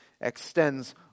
extends